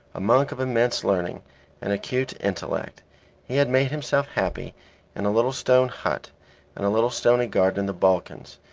a monk of immense learning and acute intellect he had made himself happy in a little stone hut and a little stony garden in the balkans,